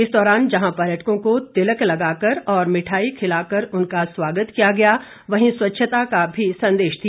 इस दौरान जहां पर्यटकों को तिलक लगाकर और मिट्ठाई खिलाकर उनका स्वागत किया गया वहीं स्वच्छता का भी संदेश दिया